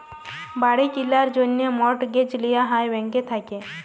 বাড়ি কিলার জ্যনহে মর্টগেজ লিয়া হ্যয় ব্যাংকের থ্যাইকে